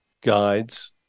guides